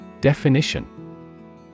Definition